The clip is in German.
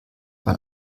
man